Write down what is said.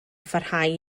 pharhau